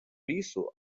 лісу